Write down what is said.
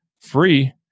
free